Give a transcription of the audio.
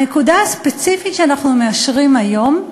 הנקודה הספציפית שאנחנו מאשרים היום היא